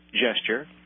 gesture –